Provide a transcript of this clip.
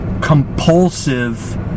compulsive